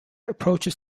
approaches